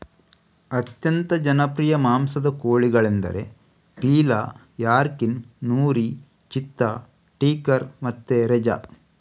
ಅತ್ಯಂತ ಜನಪ್ರಿಯ ಮಾಂಸದ ಕೋಳಿಗಳೆಂದರೆ ಪೀಲಾ, ಯಾರ್ಕಿನ್, ನೂರಿ, ಚಿತ್ತಾ, ಟೀಕರ್ ಮತ್ತೆ ರೆಜಾ